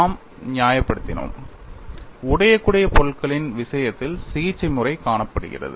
நாம் நியாயப்படுத்தினோம் உடையக்கூடிய பொருட்களின் விஷயத்தில் சிகிச்சைமுறை காணப்படுகிறது